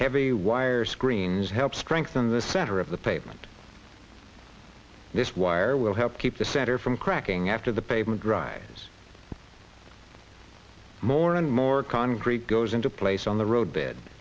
heavy wire screens help strengthen the center of the pavement this wire will help keep the center from cracking after the pavement drives more and more concrete goes into place on the road bed